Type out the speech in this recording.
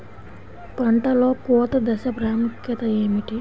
పంటలో కోత దశ ప్రాముఖ్యత ఏమిటి?